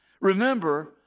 Remember